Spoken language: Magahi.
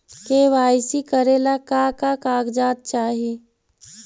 के.वाई.सी करे ला का का कागजात चाही?